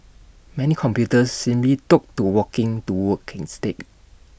many computers simply took to walking to work instead